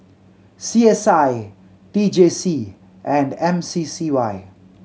C S I T J C and M C C Y